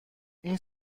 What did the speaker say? این